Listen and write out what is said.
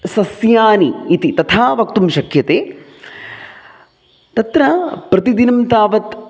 सस्यानि इति तथा वक्तुं शक्यते तत्र प्रतिदिनं तावत्